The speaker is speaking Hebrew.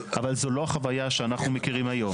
אבל, זו לא החוויה שאנחנו מכירים היום.